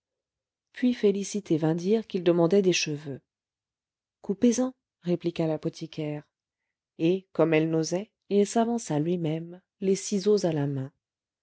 puis félicité vint dire qu'il demandait des cheveux coupez en répliqua l'apothicaire et comme elle n'osait il s'avança lui-même les ciseaux à la main